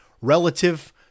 relative